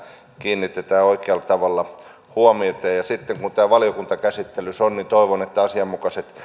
kiinnitetään oikealla tavalla huomiota ja sitten kun tämä valiokuntakäsittelyssä on toivon että asianmukaisia